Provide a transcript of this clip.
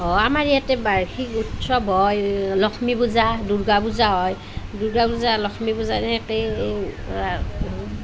অঁ আমাৰ ইয়াতে বাৰ্ষিক উৎসৱ হয় লক্ষ্মী পূজা দুৰ্গা পূজা হয় দুৰ্গা পূজা লক্ষ্মী পূজা